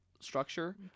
structure